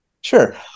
Sure